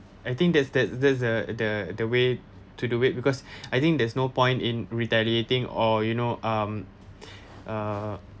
I think that's that's that's the the the way to do it because I think there's no point in retaliating or you know um uh